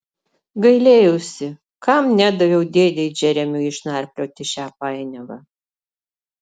gailėjausi kam nedaviau dėdei džeremiui išnarplioti šią painiavą